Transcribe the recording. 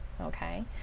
okay